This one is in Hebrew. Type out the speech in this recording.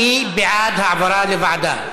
מי בעד העברה לוועדה?